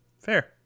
Fair